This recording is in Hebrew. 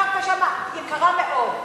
הקרקע שם יקרה מאוד.